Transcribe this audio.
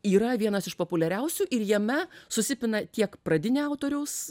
yra vienas iš populiariausių ir jame susipina tiek pradinė autoriaus